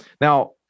Now